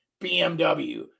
BMW